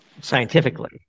scientifically